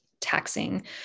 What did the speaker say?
taxing